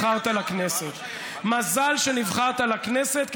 מזל שנבחרת לכנסת,